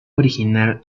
original